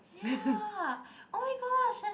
ya oh-my-gosh